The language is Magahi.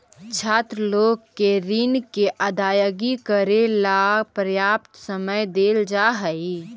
छात्र लोग के ऋण के अदायगी करेला पर्याप्त समय देल जा हई